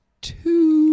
two